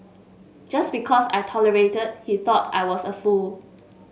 just because I tolerated he thought I was a fool